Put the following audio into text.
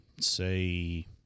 say